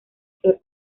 flor